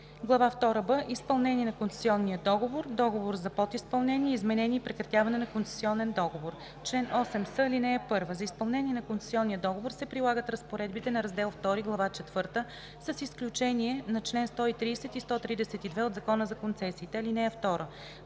втора „б“ Изпълнение на концесионния договор. Договор за подизпълнение. Изменение и прекратяване на концесионен договор Чл. 8с. (1) За изпълнение на концесионния договор се прилагат разпоредбите на раздел II, глава IV, с изключение на чл. 130 и 132 от Закона за концесиите. (2)